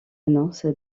annonce